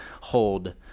hold